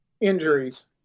injuries